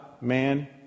man